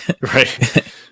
Right